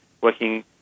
working